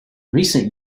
recent